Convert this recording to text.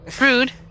rude